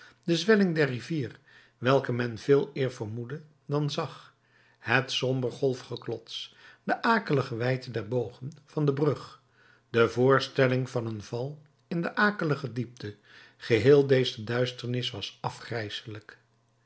de zwelling der rivier welke men veeleer vermoedde dan zag het somber golfgeklots de akelige wijdte der bogen van de brug de voorstelling van een val in de akelige diepte geheel deze duisternis was